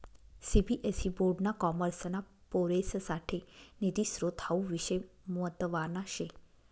CBSE board ना कॉमर्सना पोरेससाठे निधी स्त्रोत हावू विषय म्हतवाना शे